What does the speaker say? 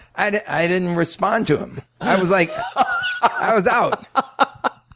i i didn't respond to him. i was like i was out. ah